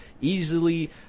easily